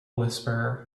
whisperer